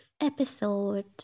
episode